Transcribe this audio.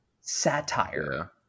satire